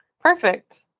Perfect